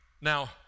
now